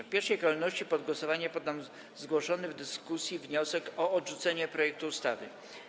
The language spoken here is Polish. W pierwszej kolejności pod głosowanie poddam zgłoszony w dyskusji wniosek o odrzucenie projektu ustawy.